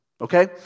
okay